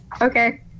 Okay